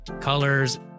Colors